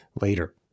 later